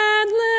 endless